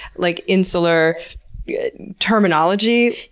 like insular terminology?